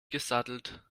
gesattelt